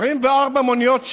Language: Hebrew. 24 מוניות שירות,